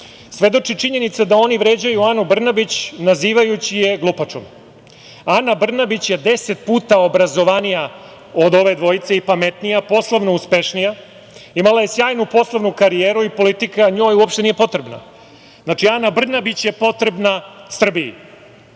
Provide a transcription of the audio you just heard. svedoči činjenica da oni vređaju Anu Brnabić nazivajući je glupačom. Ana Branbić je deset puta obrazovanija od ove dvojice i pametnija, poslovno uspešnija. Imala je sjajnu poslovnu karijeru i politika njoj uopšte nije potrebna. Znači, Ana Brnabić je potrebna Srbiji.